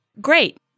Great